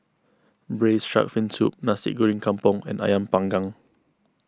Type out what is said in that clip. Braised Shark Fin Soup Nasi Goreng Kampung and Ayam Panggang